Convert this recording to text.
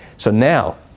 so now,